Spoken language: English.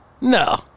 No